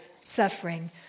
suffering